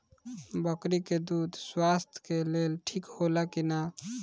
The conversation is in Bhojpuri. बकरी के दूध स्वास्थ्य के लेल ठीक होला कि ना?